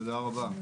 תודה רבה.